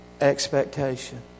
expectation